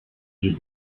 you